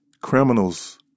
criminals